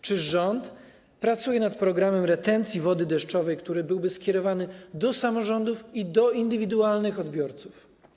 Czy rząd pracuje nad programem retencji wody deszczowej, który byłby skierowany do samorządów i do indywidualnych odbiorców?